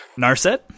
Narset